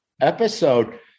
episode